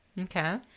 Okay